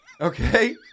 Okay